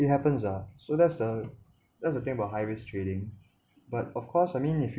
it happens ah so that's the that's the thing about high risk trading but of course I mean if